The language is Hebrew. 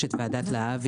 יש את ועדת להב,